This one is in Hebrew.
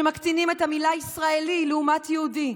שמקטינים את המילה "ישראלי" לעומת "יהודי".